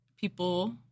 people